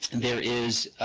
and there is